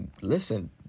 listen